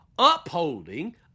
upholding